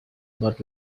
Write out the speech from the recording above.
but